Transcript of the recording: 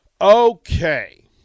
Okay